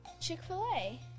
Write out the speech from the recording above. Chick-fil-A